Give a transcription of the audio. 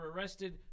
arrested